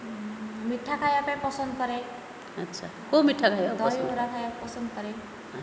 ମିଠା ଖାଇବା ପାଇଁ ପସନ୍ଦ କରେ ଆଚ୍ଛା କେଉଁ ମିଠା ଖାଇବା ପସନ୍ଦ ଦହିବରା ଖାଇବାକୁ ପସନ୍ଦ କରେ ଆଚ୍ଛା